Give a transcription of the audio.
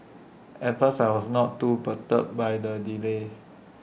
at first I was not too perturbed by the delay